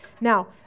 Now